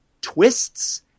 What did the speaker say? twists